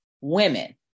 women